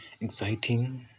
exciting